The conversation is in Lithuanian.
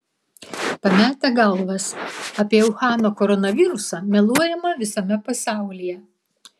pametę galvas apie uhano koronavirusą meluojama visame pasaulyje